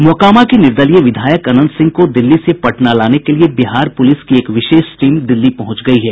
मोकामा के निर्दलीय विधायक अनंत सिंह को दिल्ली से पटना लाने के लिये बिहार पुलिस की एक विशेष टीम दिल्ली पहुंच गयी है